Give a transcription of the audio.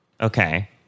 Okay